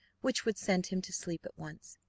which would send him to sleep at once.